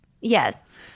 Yes